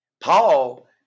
Paul